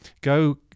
go